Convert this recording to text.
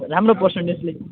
राम्रो पर्सन्टेज